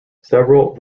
several